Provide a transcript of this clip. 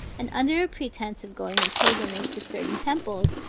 and under a pretence of going in pilgrimage to certain temples,